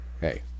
Hey